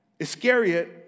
Iscariot